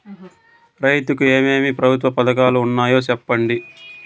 రైతుకు ఏమేమి ప్రభుత్వ పథకాలు ఉన్నాయో సెప్పండి?